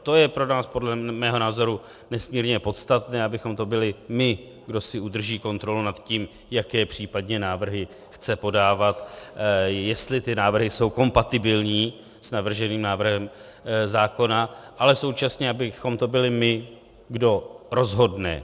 To je pro nás podle mého názoru nesmírně podstatné, abychom to byli my, kdo si udrží kontrolu nad tím, jaké případně návrhy chce podávat, jestli ty návrhy jsou kompatibilní s navrženým návrhem zákona, ale současně abychom to byli my, kdo rozhodne.